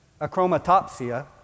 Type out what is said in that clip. achromatopsia